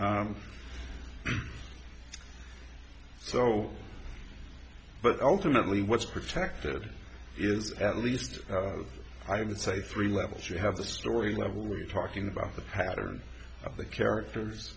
so but ultimately what's protected is at least i would say three levels you have the story level you're talking about the pattern of the character